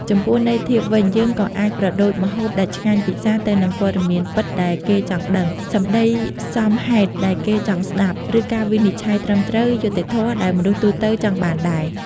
ចំពោះន័យធៀបវិញ យើងក៏អាចប្រដូចម្ហូបដែលឆ្ងាញ់ពិសា ទៅនឹងព័ត៌មានពិតដែលគេចង់ដឹង សម្ដីសមហេតុដែលគេចង់ស្ដាប់ ឬការវិនិច្ឆ័យត្រឹមត្រូវ យុត្តិធម៌ដែលមនុស្សទូទៅចង់បានដែរ។